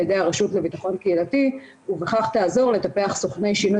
ידי הרשות לביטחון קהילתי ובכך תעזור לטפח סוכני שינוי